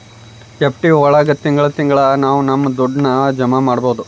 FD ಒಳಗ ತಿಂಗಳ ತಿಂಗಳಾ ನಾವು ನಮ್ ದುಡ್ಡನ್ನ ಜಮ ಮಾಡ್ಬೋದು